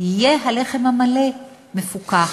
יהיה הלחם המלא מפוקח.